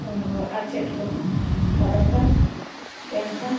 ᱚᱻ ᱦᱚᱸ ᱟᱨ ᱪᱮᱫ ᱠᱚ ᱟᱫᱷᱟᱨ ᱠᱟᱨᱰ ᱯᱮᱱ ᱠᱟᱨᱰ